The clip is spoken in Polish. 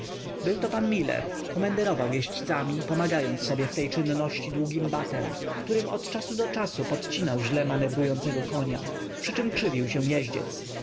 ostrogami byłto pan miller komenderował jeźdźcami pomagając sobie w tej czynności długim batem którym od czasu do czasu podcinał źle manewrującego konia przyczem krzywił się jeździec